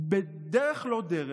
בדרך לא דרך.